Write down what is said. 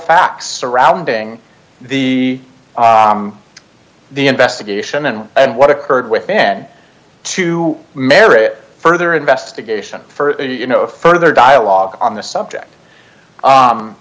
facts surrounding the the investigation and and what occurred within to merit further investigation further you know further dialogue on this subject